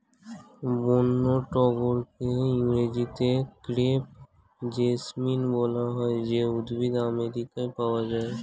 বন্য টগরকে ইংরেজিতে ক্রেপ জেসমিন বলা হয় যে উদ্ভিদ আমেরিকায় পাওয়া যায়